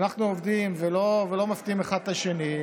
שאנחנו עובדים ולא מפתיעים אחד את השני,